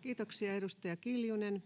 Kiitoksia. — Edustaja Kiljunen.